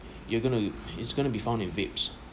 you're going to it's going to be found in vapes